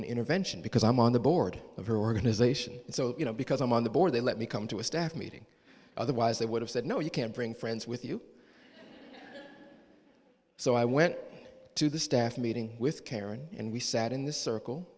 an intervention because i'm on the board of her organization so you know because i'm on the board they let me come to a staff meeting otherwise they would have said no you can't bring friends with you so i went to the staff meeting with karen and we sat in this circle